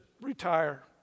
retire